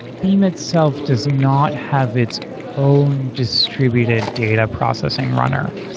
beam itself does not have its own distributed data processing runner.